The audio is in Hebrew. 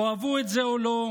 תאהבו את זה או לא,